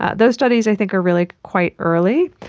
ah those studies i think are really quite early,